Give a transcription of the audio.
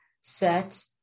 set